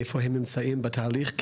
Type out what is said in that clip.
איפה הם נמצאים בתהליך,